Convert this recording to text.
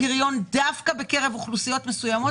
הפריון דווקא בקרב אוכלוסיות מסוימות,